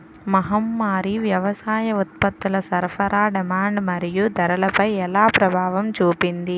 మహమ్మారి వ్యవసాయ ఉత్పత్తుల సరఫరా డిమాండ్ మరియు ధరలపై ఎలా ప్రభావం చూపింది?